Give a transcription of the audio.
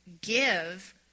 give